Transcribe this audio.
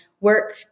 work